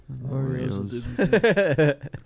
Oreos